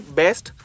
best